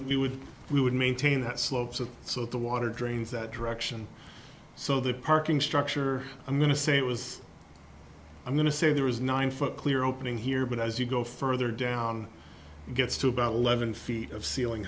we would we would maintain that slopes of so the water drains that direction so the parking structure i'm going to say it was i'm going to say there is nine foot clear opening here but as you go further down gets to about eleven feet of ceiling